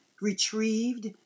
retrieved